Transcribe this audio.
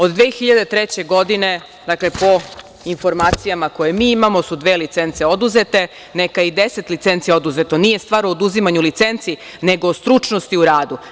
Od 2003. godine, dakle, po informacijama koje mi imamo su dve licence oduzete, neka je i deset licenci oduzeto, nije stvar u oduzimanju licenci nego o stručnosti u radu.